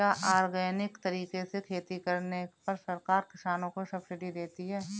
क्या ऑर्गेनिक तरीके से खेती करने पर सरकार किसानों को सब्सिडी देती है?